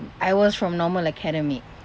I was from normal academic